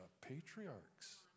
patriarchs